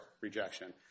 rejection